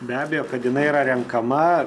be abejo kad jinai yra renkama